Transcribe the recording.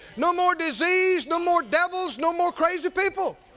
no more disease, no more devils, no more crazy people.